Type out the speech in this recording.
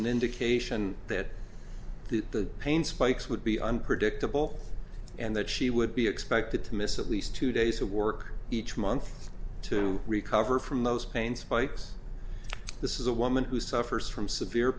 an indication that the pain spikes would be unpredictable and that she would be expected to miss at least two days of work each month to recover from those pain spikes this is a woman who suffers from severe